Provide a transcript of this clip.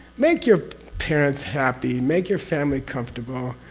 make your parents happy, make your family comfortable.